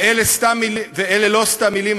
ואלה לא סתם מילים,